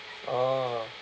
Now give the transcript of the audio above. orh